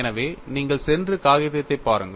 எனவே நீங்கள் சென்று காகிதத்தைப் பாருங்கள்